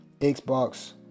Xbox